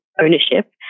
ownership